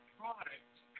products